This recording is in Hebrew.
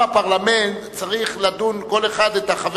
למה הפרלמנט צריך לדון כל אחד את החבר